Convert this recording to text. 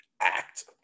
act